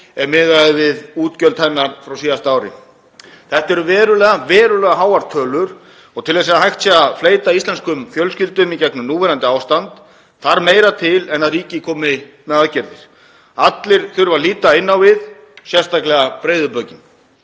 ef miðað er við útgjöld hennar á síðasta ári. Þetta eru verulega háar tölur og til að hægt sé að fleyta íslenskum fjölskyldum í gegnum núverandi ástand þarf meira til en að ríkið komi með aðgerðir. Allir þurfa að líta inn á við, sérstaklega breiðu bökin.